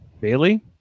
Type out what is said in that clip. Bailey